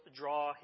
draw